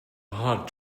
hot